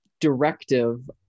directive